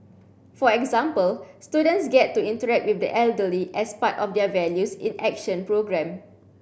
for example students get to interact with the elderly as part of their Values in Action programme